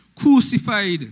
crucified